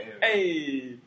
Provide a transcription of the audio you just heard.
Hey